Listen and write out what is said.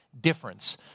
difference